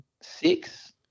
Six